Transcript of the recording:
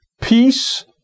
Peace